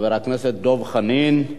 חבר הכנסת דב חנין,